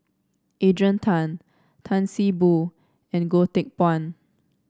Adrian Tan Tan See Boo and Goh Teck Phuan